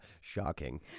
Shocking